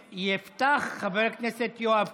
תודה לחבר הכנסת בן ברק.